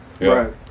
Right